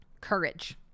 courage